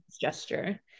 gesture